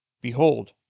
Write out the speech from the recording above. Behold